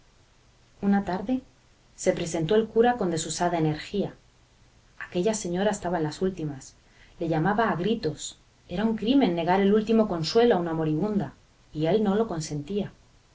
una tarde se presentó el cura con desusada energía aquella señora estaba en las últimas le llamaba a gritos era un crimen negar el último consuelo a una moribunda y él no lo consentía